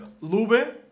Lube